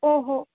ओ हो